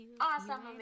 awesome